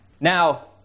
Now